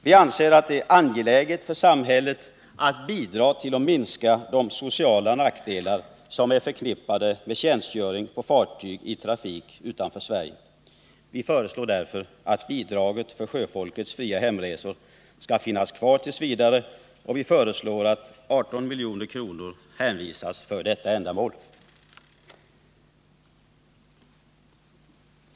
Vi anser att det är angeläget för samhället att bidra till att minska de sociala nackdelar som är förknippade med tjänstgöring på fartyg i trafik utanför Sverige. Vi föreslår därför att bidraget för sjöfolkets fria hemresor skall finnas kvar t. v. och att 18 milj.kr. skall anvisas för detta ändamål.